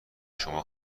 شما